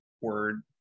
word